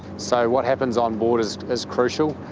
so what happens on board is is crucial.